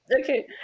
okay